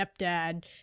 stepdad